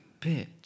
Bitch